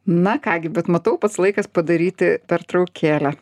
na ką gi bet matau pats laikas padaryti pertraukėlę